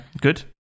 good